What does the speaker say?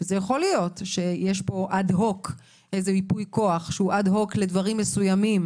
יכול להיות שיש ייפוי כוח שהוא אד-הוק לדברים מסוימים